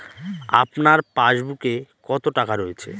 আপনার পাসবুকে কত টাকা রয়েছে?